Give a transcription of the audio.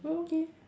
oh okay